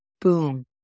Boom